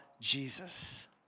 Jesus